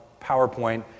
PowerPoint